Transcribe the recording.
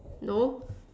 no